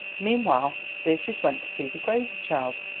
meanwhile beatrice went to see the crazy child.